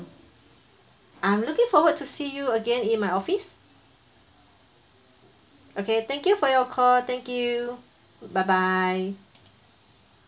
I'm looking forward to see you again in my office okay thank you for your call thank you bye bye